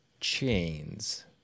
chains